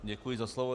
Děkuji za slovo.